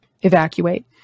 evacuate